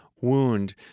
wound